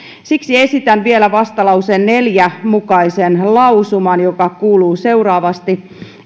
siksi esitän vielä vastalauseen neljän mukaisen lausuman joka kuuluu seuraavasti